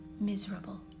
miserable